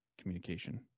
communication